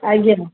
ଆଜ୍ଞା